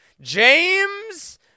James